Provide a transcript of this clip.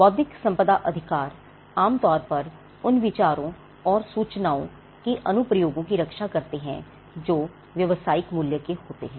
बौद्धिक संपदा अधिकार आम तौर पर उन विचारों और सूचनाओं के अनुप्रयोगों की रक्षा करते हैं जो व्यवसायिक मूल्य के होते हैं